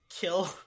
kill